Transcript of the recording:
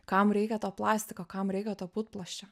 kam reikia to plastiko kam reikia to putplasčio